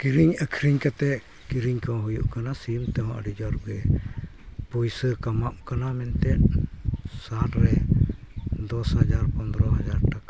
ᱠᱤᱨᱤᱧᱼᱟᱹᱠᱷᱟᱨᱤᱧ ᱠᱟᱛᱮᱫ ᱠᱤᱨᱤᱧᱠᱚ ᱦᱩᱭᱩᱜ ᱠᱟᱱᱟ ᱥᱤᱢ ᱛᱮᱦᱚᱸ ᱟᱹᱰᱤ ᱡᱳᱨᱜᱮ ᱯᱩᱭᱥᱟᱹ ᱠᱟᱢᱟᱜ ᱠᱟᱱᱟ ᱢᱮᱱᱛᱮ ᱥᱟᱞᱨᱮ ᱫᱚᱥ ᱦᱟᱡᱟᱨ ᱯᱚᱱᱫᱨᱚ ᱦᱟᱡᱟᱨ ᱴᱟᱠᱟ